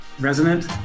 resonant